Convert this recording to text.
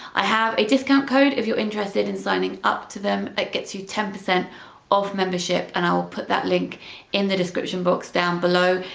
i have a discount code if you're interested in signing up to them it gets you ten percent off membership and i will put that link in the description box down below.